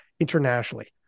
internationally